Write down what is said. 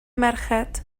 merched